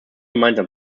gemeinsam